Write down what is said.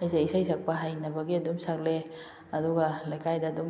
ꯑꯩꯁꯦ ꯏꯁꯩ ꯁꯛꯄ ꯍꯩꯅꯕꯒꯤ ꯑꯗꯨꯝ ꯁꯛꯂꯛꯑꯦ ꯑꯗꯨꯒ ꯂꯩꯀꯥꯏꯗ ꯑꯗꯨꯝ